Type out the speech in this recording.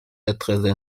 êtres